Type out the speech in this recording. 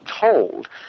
told